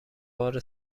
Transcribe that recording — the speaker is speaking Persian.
بار